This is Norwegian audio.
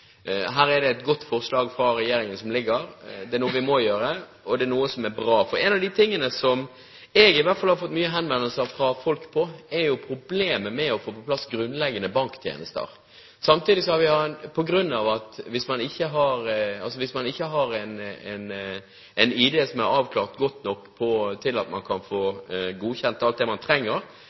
noe som er bra. For noe av det som i hvert fall jeg har fått mange henvendelser fra folk om, er jo problemet med å få på plass grunnleggende banktjenester. Hvis man ikke har en ID som er avklart godt nok til at man kan få godkjent alt man trenger, hvis man ikke har fått fastlagt ID fra statens side, har man ofte problemer. Jeg tror det mest spesielle tilfellet jeg var borte i, var en dame som hadde studierettigheter i Norge, hadde rett på